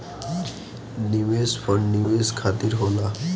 निवेश फंड निवेश खातिर होला